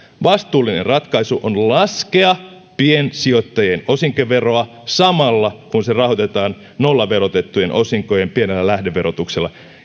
vastuullinen ratkaisu on laskea piensijoittajien osinkoveroa samalla kun se rahoitetaan nollaverotettujen osinkojen pienellä lähdeverotuksella